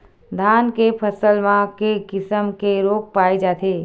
धान के फसल म के किसम के रोग पाय जाथे?